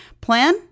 Plan